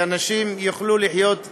ואנשים יוכלו לחיות ביחד,